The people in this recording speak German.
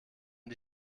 die